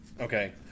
Okay